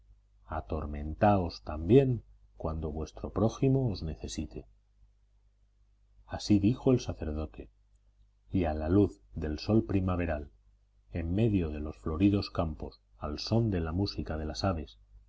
atormentaos también cuando vuestro prójimo os necesite así dijo el sacerdote y a la luz del sol primaveral en medio de los floridos campos al son de la música de las aves